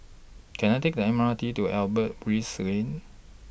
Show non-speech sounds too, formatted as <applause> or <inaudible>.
Can I Take The M R T to Albert <unintelligible> Lane